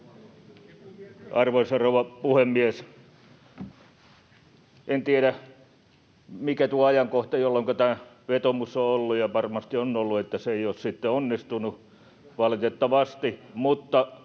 Arvoisa rouva puhemies! En tiedä, mikä on ollut tuo ajankohta, jolloinka tämä vetoomus on ollut, ja varmasti on ollut niin, että se ei ole sitten onnistunut, valitettavasti. Mutta